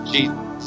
Jesus